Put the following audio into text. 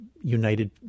United